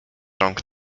rąk